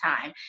time